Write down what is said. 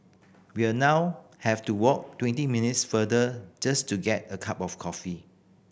we are now have to walk twenty minutes farther just to get a cup of coffee